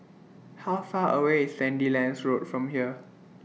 How Far away IS Sandilands Road from here